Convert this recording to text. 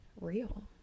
real